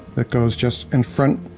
that goes just in front